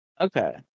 Okay